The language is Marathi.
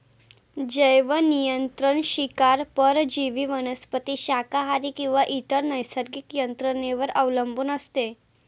जैवनियंत्रण शिकार परजीवी वनस्पती शाकाहारी किंवा इतर नैसर्गिक यंत्रणेवर अवलंबून असते